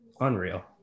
Unreal